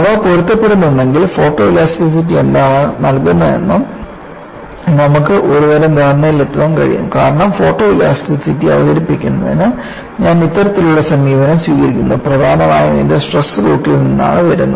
അവ പൊരുത്തപ്പെടുന്നുവെങ്കിൽ ഫോട്ടോഇലാസ്റ്റിസിറ്റി എന്താണ് നൽകുന്നതെന്ന് നമുക്ക് ഒരുതരം ധാരണയിലെത്താൻ കഴിയും കാരണം ഫോട്ടോ ഇലാസ്റ്റിസിറ്റി അവതരിപ്പിക്കുന്നതിന് ഞാൻ ഇത്തരത്തിലുള്ള സമീപനം സ്വീകരിക്കുന്നു പ്രധാനമായും ഇത് സ്ട്രെസ് റൂട്ടിൽ നിന്നാണ് വരുന്നത്